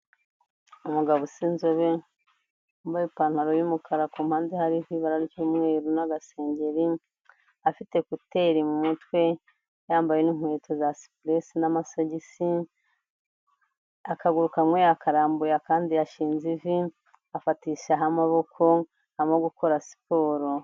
Umugabo usa inzobe wambaye ipantaro y'umukara ku mpande hariho ibara ry'umweru n'agasengeri, afite gmecouter mu umutwe, yambaye n'inkweto za suppress n'amasogisi, akaguru kamwe yakarambuye akandi yashinze ivi, afatishijeho amaboko arimo gukora siporo.